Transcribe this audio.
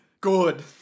good